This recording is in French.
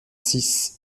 six